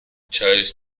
chose